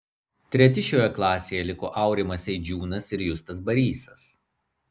treti šioje klasėje liko aurimas eidžiūnas ir justas barysas